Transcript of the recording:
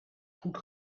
goed